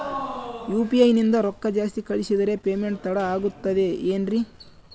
UPI ನಿಂದ ರೊಕ್ಕ ಜಾಸ್ತಿ ಕಳಿಸಿದರೆ ಪೇಮೆಂಟ್ ತಡ ಆಗುತ್ತದೆ ಎನ್ರಿ?